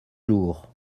lourd